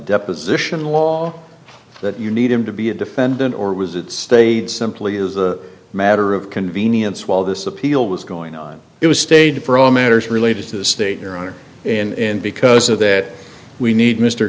deposition law that you need him to be a defendant or was it stayed simply as a matter of convenience while this appeal was going on it was staged for all matters related to the state your honor in because of that we need mr